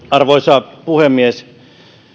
arvoisa puhemies